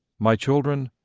my children,